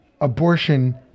abortion